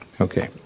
Okay